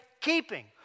keeping